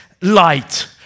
light